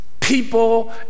People